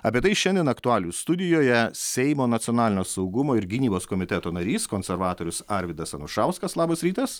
apie tai šiandien aktualijų studijoje seimo nacionalinio saugumo ir gynybos komiteto narys konservatorius arvydas anušauskas labas rytas